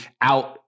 out